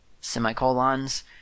semicolons